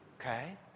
okay